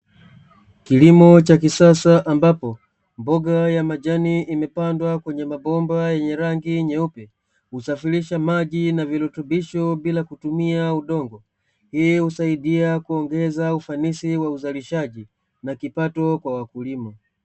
Kilimo cha kisasa ambapo mboga ya majani imepandwa kwenye mabomba yenye rangi nyeupe, kusafirisha maji na virutubisho bila kutumia udongo, hii husaidia kuongoza ufanisi wa uzalishaji na kipato kwa wakulima.